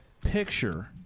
picture